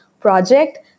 project